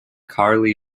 carley